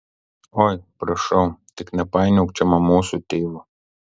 oi prašau tik nepainiok čia mamos su tėvu